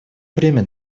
время